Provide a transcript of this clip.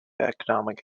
economic